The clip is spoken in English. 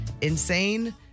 insane